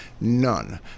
none